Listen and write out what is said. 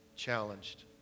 challenged